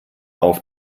auf